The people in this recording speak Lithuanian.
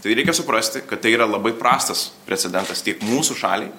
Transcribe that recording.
tai reikia suprasti kad tai yra labai prastas precedentas tiek mūsų šaliai